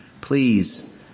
Please